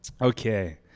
Okay